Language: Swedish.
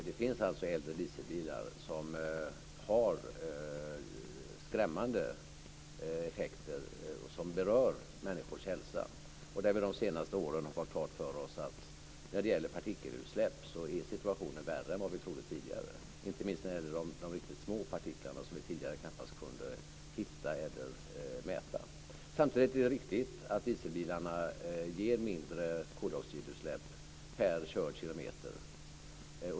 Det finns alltså även dieselbilar som har skrämmande effekter och som berör människors hälsa, och där vi de senaste åren har fått klart för oss att när det gäller partikelutsläpp är situationen värre än vad vi trodde tidigare, inte minst när det gäller de riktigt små partiklarna, som vi tidigare knappast kunde hitta eller mäta. Samtidigt är det riktigt att dieselbilarna ger mindre koldioxidutsläpp per körd kilometer.